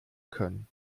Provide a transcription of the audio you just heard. können